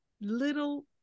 little